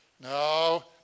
No